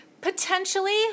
Potentially